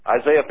Isaiah